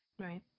Right